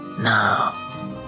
Now